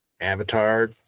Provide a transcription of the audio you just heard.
Avatar